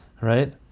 Right